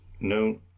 No